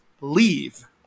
leave